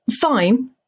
Fine